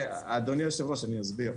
אדוני היושב-ראש, אני מסביר.